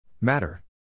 Matter